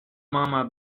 mama